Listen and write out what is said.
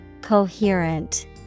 Coherent